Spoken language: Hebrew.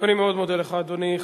אני מאוד מודה לך, אדוני.